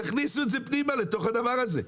תכניסו את זה פנימה לתוך הדבר הזה.